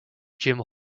jim